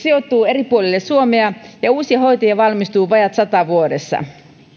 sijoittuu eri puolille suomea ja uusia hoitajia valmistuu vajaa sadassa vuodessa